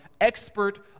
expert